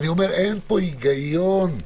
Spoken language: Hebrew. אין פה היגיון.